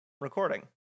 recording